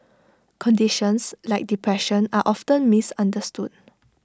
conditions like depression are often misunderstood